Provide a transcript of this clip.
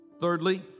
Thirdly